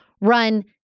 run